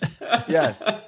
Yes